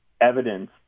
evidence